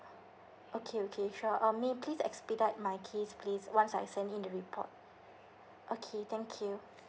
okay okay sure um may please expedite my case please once I send in the report okay thank you